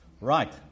Right